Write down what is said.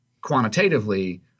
quantitatively